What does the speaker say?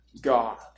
God